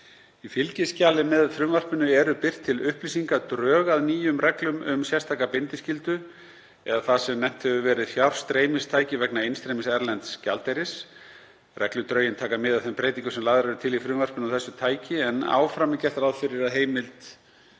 Í fylgiskjali með frumvarpinu eru birt til upplýsinga drög að nýjum reglum um sérstaka bindiskyldu eða það sem nefnt hefur verið fjárstreymistæki vegna innstreymis erlends gjaldeyris. Regludrögin taka mið af þeim breytingum sem lagðar eru til í frumvarpinu á þessu tæki en áfram er gert ráð fyrir að heimild